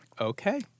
Okay